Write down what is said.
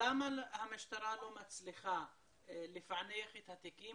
למה המשטרה לא מצליחה לפענח את התיקים?